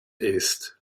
ist